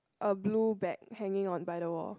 a blue bag hanging on by the wall